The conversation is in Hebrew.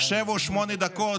שבע או שמונה דקות,